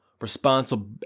responsible